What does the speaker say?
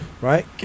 right